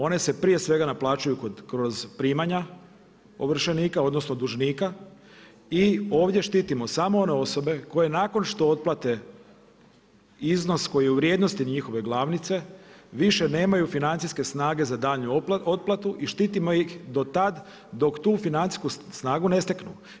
One se prije svega naplaćuju kroz primanja ovršenika odnosno, dužnika i ovdje štitimo samo one osobe koje nakon što otplate iznos koji je u vrijednosti njihove glavnice, više nemaju financijske snage za daljnju otplatu i štitimo ih do tad, dok tu financijsku snagu ne steknu.